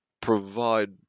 provide